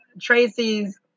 Tracy's